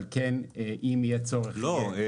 אבל כן אם יהיה צורך --- לא,